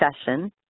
session